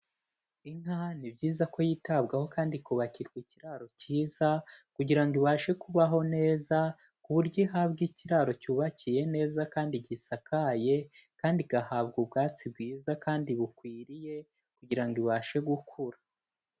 Inka ni byiza ko yitabwaho kandi ikubakirwa ikiraro cyiza kugira ngo ibashe kubaho neza, ku buryo ihabwa ikiraro cyubakiye neza kandi gisakaye, kandi igahabwa ubwatsi bwiza kandi bukwiriye kugira ngo ibashe gukura.